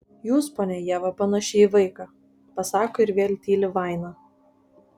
jūs ponia ieva panaši į vaiką pasako ir vėl tyli vaina